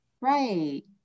right